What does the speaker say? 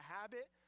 habit